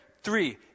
three